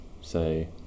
say